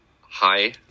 Hi